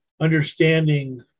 understanding